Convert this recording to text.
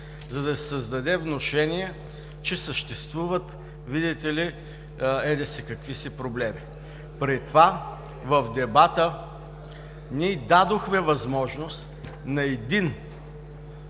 за да се създаде внушение, че съществуват, видите ли, еди-какви си проблеми. При това в дебата ние дадохме възможност на един